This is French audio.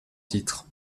titre